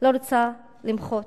לא רוצה למחות.